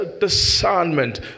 discernment